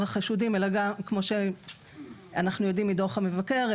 החשודים כמו שאנחנו יודעים מדוח המבקר,